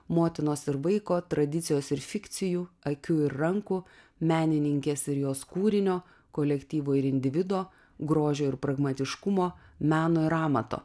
motinos ir vaiko tradicijos ir fikcijų akių ir rankų menininkės ir jos kūrinio kolektyvo ir individo grožio ir pragmatiškumo meno ir amato